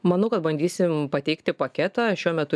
manau kad bandysim pateikti paketą šiuo metu